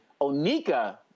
Onika